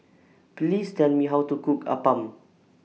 Please Tell Me How to Cook Appam